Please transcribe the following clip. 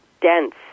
dense